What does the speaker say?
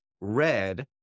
red